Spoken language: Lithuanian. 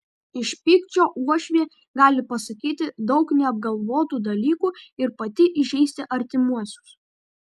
iš pykčio uošvė gali pasakyti daug neapgalvotų dalykų ir pati įžeisti artimuosius